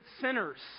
sinners